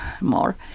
more